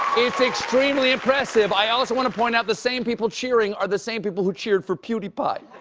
it's extremely impressive. i also want to point out the same people cheering are the same people who cheered for pewdiepie.